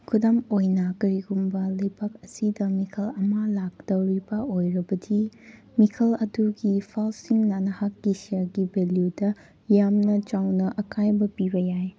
ꯈꯨꯗꯝ ꯑꯣꯏꯅ ꯀꯔꯤꯒꯨꯝꯕ ꯂꯩꯕꯥꯛ ꯑꯁꯤꯗ ꯃꯤꯈꯜ ꯑꯃ ꯂꯥꯛꯇꯧꯔꯤꯕ ꯑꯣꯏꯔꯕꯗꯤ ꯃꯤꯈꯜ ꯑꯗꯨꯒꯤ ꯐꯥꯜꯁꯤꯡꯅ ꯅꯍꯥꯛꯀꯤ ꯁꯤꯌꯔꯒꯤ ꯚꯦꯂꯨꯗ ꯌꯥꯝꯅ ꯆꯥꯎꯅ ꯑꯀꯥꯏꯕ ꯄꯤꯕ ꯌꯥꯏ